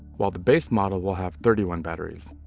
while the base model will have thirty one batteries.